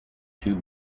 two